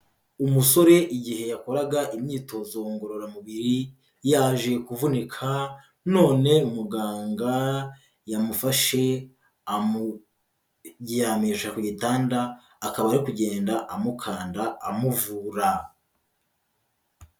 Umusore igihe yakoraga imyitozo ngororamubiri, yaje kuvunika none muganga yamufashe amuryamisha ku gitanda, akaba ari kugenda amukanda amuvura.